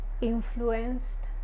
influenced